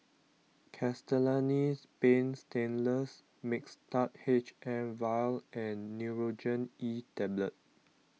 Castellani's Paint Stainless Mixtard H M vial and Nurogen E Tablet